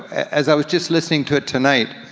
as i was just listening to it tonight,